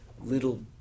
little